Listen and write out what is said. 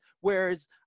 whereas